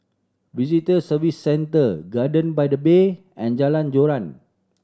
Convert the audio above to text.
Visitor Services Centre Garden by the Bay and Jalan Joran